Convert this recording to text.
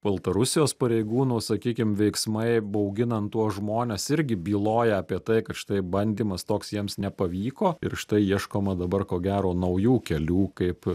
baltarusijos pareigūnų sakykim veiksmai bauginant tuos žmones irgi byloja apie tai kad štai bandymas toks jiems nepavyko ir štai ieškoma dabar ko gero naujų kelių kaip